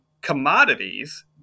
commodities